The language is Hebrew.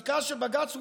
והפסיקה של בג"ץ הופרה.